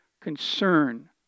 Concern